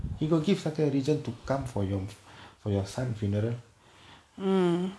he got gifts such a reason to come for your for your son funeral